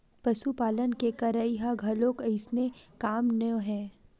पसुपालन के करई ह घलोक अइसने काम नोहय ओमा घलोक काहेच के पइसा कउड़ी लगाय बर परथे